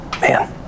Man